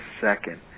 second